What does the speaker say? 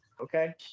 Okay